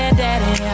daddy